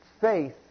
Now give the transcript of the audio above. faith